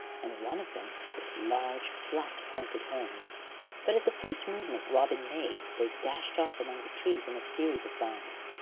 and one of them with large flat pointed horns but at the first movement robin made they dashed off among the trees in a series of bounds.